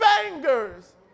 fingers